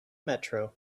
metro